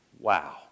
wow